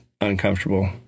uncomfortable